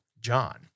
John